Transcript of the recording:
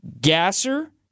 Gasser